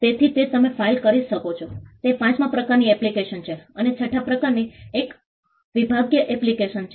તેથી તે તમે ફાઇલ કરી શકો છો તે પાંચમા પ્રકારની એપ્લિકેશન છે અને છઠ્ઠા પ્રકાર એ એક વિભાગીય એપ્લિકેશન છે